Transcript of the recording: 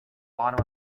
bottom